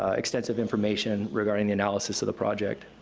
ah extensive information regarding the analysis of the project.